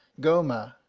gomer,